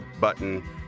button